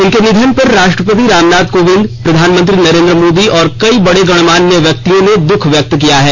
इनके निधन पर राष्ट्रपति रामनाथ कोविंद प्रधानमंत्री नरेन्द्र मोदी और कई बड़े गण्यमान्य व्यक्तियों ने दुख व्यक्त किया है